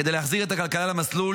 כדי להחזיר את הכלכלה למסלול,